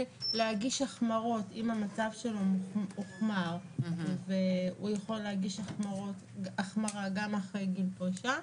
אם המצב שלו הוחמר הוא יכול להגיש החמרה גם אחרי גיל פרישה,